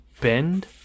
Bend